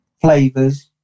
flavors